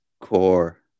core